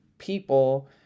people